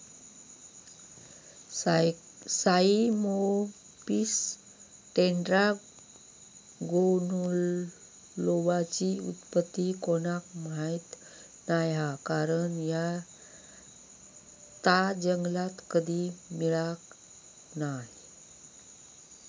Cyamopsis टेट्रागोनोलोबाची उत्पत्ती कोणाक माहीत नाय हा कारण ता जंगलात कधी मिळाक नाय